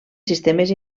sistemes